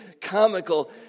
comical